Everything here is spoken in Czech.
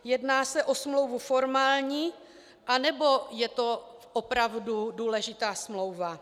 Jedná se o smlouvu formální, anebo je to opravdu důležitá smlouva?